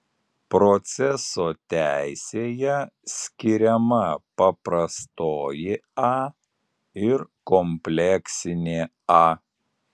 proceso teisėje skiriama paprastoji a ir kompleksinė a